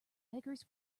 beggars